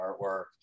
artwork